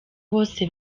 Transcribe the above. bose